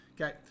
okay